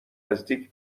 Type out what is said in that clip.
نزدیک